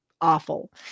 awful